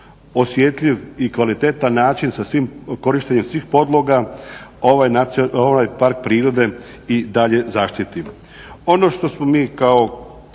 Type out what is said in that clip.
osjetljiv i kvalitetan način sa svim, sa korištenjem svih podloga ovaj park prirode i dalje zaštiti. Ono što smo mi kao